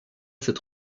cette